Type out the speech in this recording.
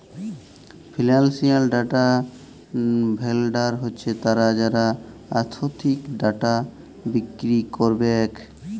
financial data vendor হছে তারা যারা আথ্থিক ডাটা বিক্কিরি ক্যারবেক